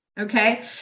Okay